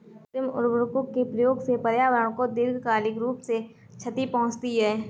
कृत्रिम उर्वरकों के प्रयोग से पर्यावरण को दीर्घकालिक रूप से क्षति पहुंचती है